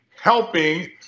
helping